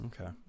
Okay